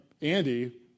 Andy